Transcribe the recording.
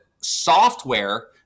software